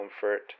comfort